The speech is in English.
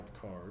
card